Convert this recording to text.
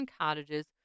cottages